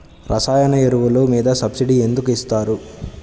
రసాయన ఎరువులు మీద సబ్సిడీ ఎందుకు ఇస్తారు?